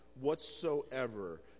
whatsoever